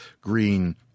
green